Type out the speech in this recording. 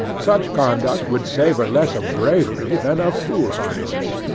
such conduct would savor less of bravery than of fool-hardiness.